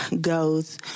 goes